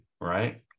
right